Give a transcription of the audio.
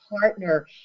partner